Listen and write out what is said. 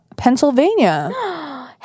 Pennsylvania